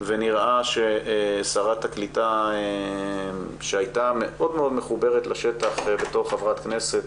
ונראה ששרת הקליטה שהייתה מאוד מאוד מחוברת לשטח בתור חברת כנסת